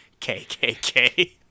KKK